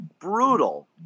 Brutal